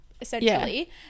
essentially